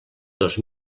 dos